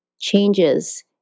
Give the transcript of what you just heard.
changes